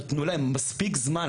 נתנו להם מספיק זמן,